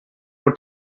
were